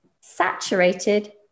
Saturated